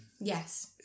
Yes